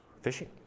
Fishing